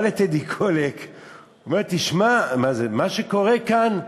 בא לטדי קולק ואומר: תשמע, מה שקורה כאן,